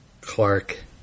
Clark